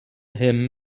him